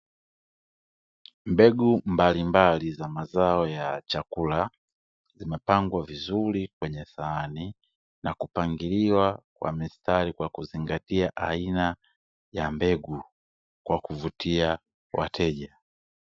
Mbegu mbalimbali za mazao ya chakula zimepangwa vizuri kwenye sahani, na kupangiliwa kwa mistari kwa kuzingatia aina ya mbegu. Kwa kuvutia wateja.